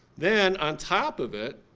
then, on top of it,